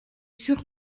sûr